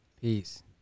Peace